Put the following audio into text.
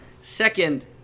second